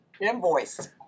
Invoice